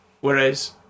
Whereas